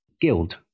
guild